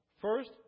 First